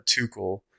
Tuchel